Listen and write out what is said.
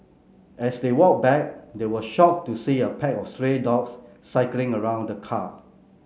as they walked back they were shocked to see a pack of stray dogs circling around the car